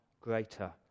greater